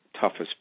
toughest